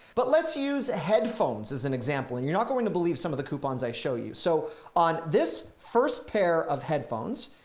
but let's use headphones as an example and you're not going to believe some of the coupons i show you. so on this first pair of headphones,